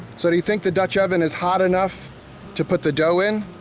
so do you think the dutch oven is hot enough to put the dough in?